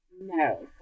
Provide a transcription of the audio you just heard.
No